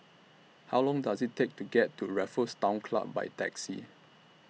How Long Does IT Take to get to Raffles Town Club By Taxi